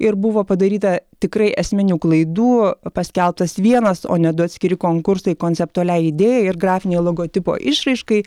ir buvo padaryta tikrai esminių klaidų paskelbtas vienas o ne du atskiri konkursai konceptualiai idėjai ir grafinei logotipo išraiškai